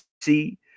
see